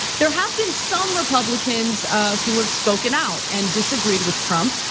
there have been some republicans who have spoken out, and disagreed with trump.